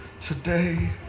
today